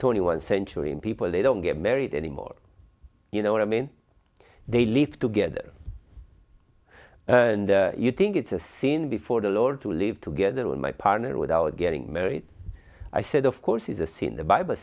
twenty one century in people they don't get married anymore you know what i mean they live together and you think it's a sin before the lord to live together with my partner without getting married i said of course is a sin the bible